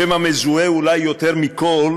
השם המזוהה אולי יותר מכול